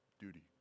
duty